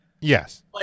Yes